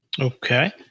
Okay